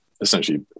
essentially